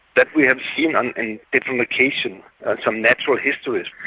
that we have seen um in different locations and some natural histories,